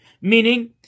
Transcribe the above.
meaning